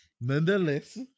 Nonetheless